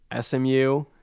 SMU